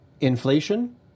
inflation